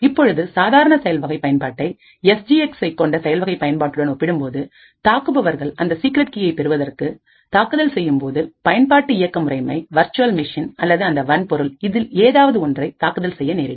இப்பொழுது சாதாரண செயல்வகை பயன்பாட்டை எஸ் ஜி எக்ஸ்சை கொண்ட செயல்வகை பயன்பாட்டுடன் ஒப்பிடும்போது தாக்குபவர்கள் அந்த சீக்ரெட் கீயை பெறுவதற்கு தாக்குதல் செய்யும்போது பயன்பாட்டு இயக்க முறைமை வர்ச்சுவல் மிஷின் அல்லது அந்த வன்பொருள் இதில் ஏதாவது ஒன்றை தாக்குதல் செய்ய நேரிடும்